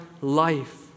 life